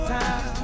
time